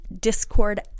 discord